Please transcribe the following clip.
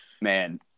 Man